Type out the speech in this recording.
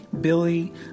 Billy